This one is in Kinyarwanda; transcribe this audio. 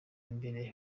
imbere